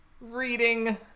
reading